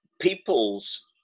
peoples